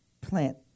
plant